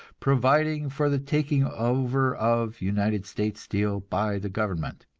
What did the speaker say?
providing for the taking over of united states steel by the government.